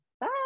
Bye